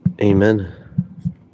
Amen